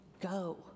go